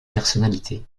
personnalités